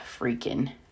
freaking